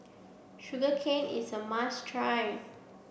sugar cane is a must try